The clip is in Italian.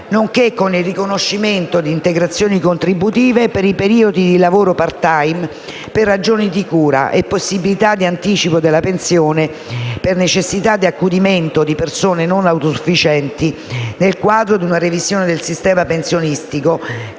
nonché con il riconoscimento di integrazioni contributive per i periodi di lavoro *part-time* per ragioni di cura e possibilità di anticipo della pensione per necessità di accudimento di persone non autosufficienti), nel quadro di una revisione del sistema pensionistico